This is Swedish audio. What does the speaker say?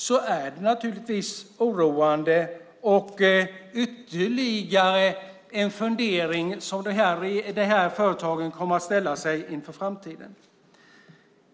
Det innebär att de här företagen har fått ytterligare saker att fundera på inför framtiden.